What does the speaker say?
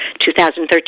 2013